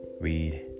read